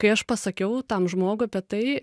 kai aš pasakiau tam žmogui apie tai